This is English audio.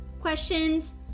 questions